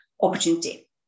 opportunity